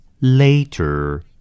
later